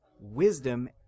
wisdom